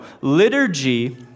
liturgy